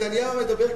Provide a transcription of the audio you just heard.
שר בממשלת נתניהו מדבר.